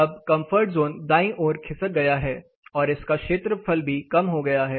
अब comfort zone दाईं ओर खिसक गया है और इसका क्षेत्रफल भी कम हो गया है